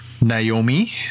Naomi